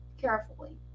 carefully